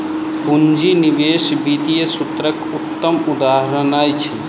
पूंजी निवेश वित्तीय सूत्रक उत्तम उदहारण अछि